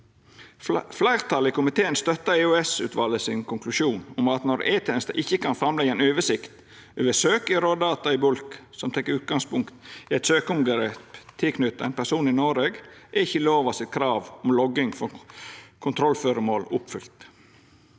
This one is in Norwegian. Fleirtalet i komiteen støttar EOS-utvalets konklusjon om at når E-tenesta ikkje kan leggja fram ei oversikt over søk i rådata i bulk som tek utgangspunkt i eit søkeomgrep tilknytt ein person i Noreg, er ikkje lova sitt krav om logging for kontrollføremål oppfylt.